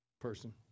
person